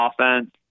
offense